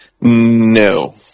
No